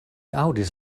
aŭdis